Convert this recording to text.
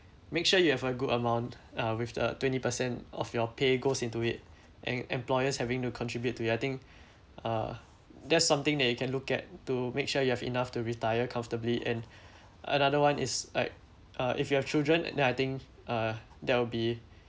make sure you have a good amount uh with the twenty percent off your pay goes into it and employers having to contribute to you I think uh that's something that you can look at to make sure you have enough to retire comfortably and another one is like uh if you have children then I think uh that will be